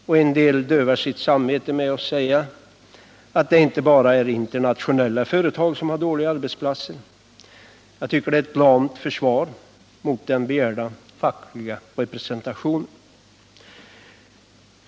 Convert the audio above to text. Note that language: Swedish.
Och en del dövar sitt samvete med att säga att det inte bara är internationella företag som har dåliga arbetsplatser. Jag tycker det är ett lamt försvar mot den begärda fackliga representationen.